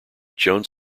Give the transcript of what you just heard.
jones